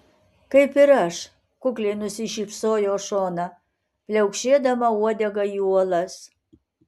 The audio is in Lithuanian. kaip ir aš kukliai nusišypsojo šona pliaukšėdama uodega į uolas